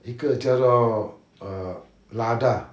一个叫做 err lada